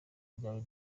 ryawe